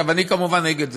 עכשיו, אני כמובן נגד זה,